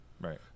Right